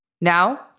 Now